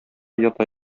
ята